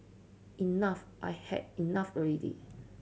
enough I had enough ready